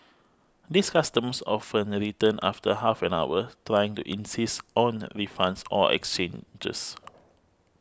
these customers often a return after half an hour trying to insist on refunds or exchanges